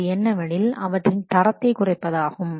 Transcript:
அது என்னவெனில் அவற்றின் தரத்தை குறைப்பதாகும்